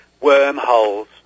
wormholes